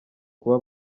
kuba